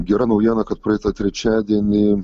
gera naujiena kad praeitą trečiadienį